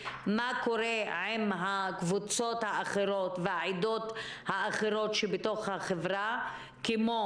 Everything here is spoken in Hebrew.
ומה קורה עם הקבוצות והעדות האחרות שבתוך החברה כמו: